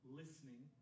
listening